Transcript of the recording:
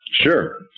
Sure